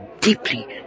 deeply